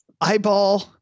Eyeball